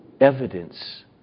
evidence